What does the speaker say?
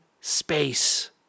space